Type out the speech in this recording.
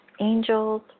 angels